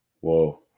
whoa